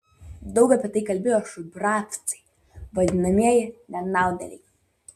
daug apie tai kalbėjo šubravcai vadinamieji nenaudėliai